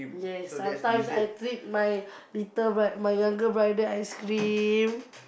yes sometimes I treat my little my my younger brother ice cream